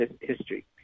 history